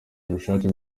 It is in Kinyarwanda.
ubushake